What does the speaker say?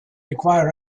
require